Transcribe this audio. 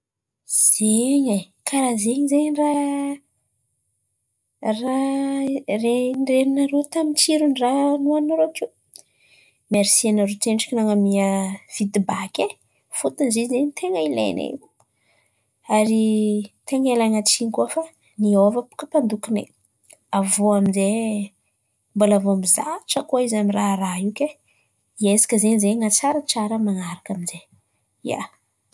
Zen̈y e, karà zen̈y zen̈y ràha ràha ren̈inarô tamin'ny tsiron-dràha nohaninarô teo? Mersy aminarô tsendriky nan̈amià fidbaky e. Fôtony zen̈y ten̈a ilain̈ay, ary ten̈a hialan̈a tsiny koà fa niôva baka mpandoki-nay. Avy iô mbola vao mizatra koà izy amin'ny raharaha io kay hiezaka zen̈y izahay han̈atsara amin'ny man̈araka amin'zay, ia.